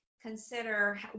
consider